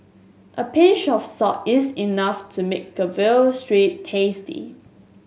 a pinch of salt is enough to make a veal street tasty